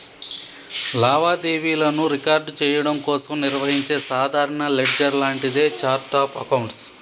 లావాదేవీలను రికార్డ్ చెయ్యడం కోసం నిర్వహించే సాధారణ లెడ్జర్ లాంటిదే ఛార్ట్ ఆఫ్ అకౌంట్స్